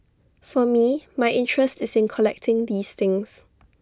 for me my interest is in collecting these things